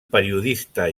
periodista